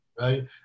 right